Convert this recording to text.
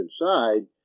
inside